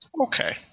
Okay